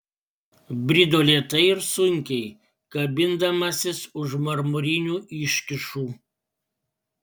brido lėtai ir sunkiai kabindamasis už marmurinių iškyšų